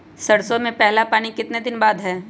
सरसों में पहला पानी कितने दिन बाद है?